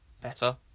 better